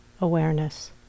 awareness